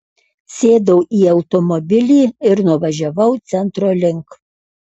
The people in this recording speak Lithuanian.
sėdau į automobilį ir nuvažiavau centro link